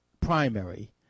primary